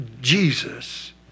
Jesus